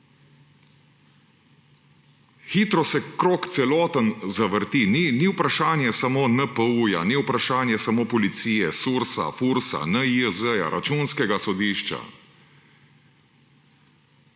Hitro se celoten krog zavrti. Ni vprašanje samo NPU-ja, ni vprašanje samo Policije, Sursa, Fursa, NIJZ-ja, Računskega sodišča,